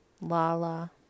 Lala